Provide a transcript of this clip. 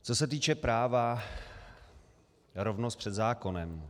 Co se týče práva na rovnost před zákonem.